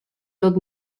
tot